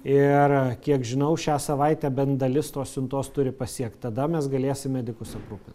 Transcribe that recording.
ir kiek žinau šią savaitę bent dalis tos siuntos turi pasiekt tada mes galėsim medikus aprūpint